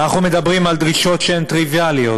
אנחנו מדברים על דרישות שהן טריוויאליות: